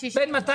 מיליון.